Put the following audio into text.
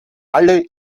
alle